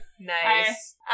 Nice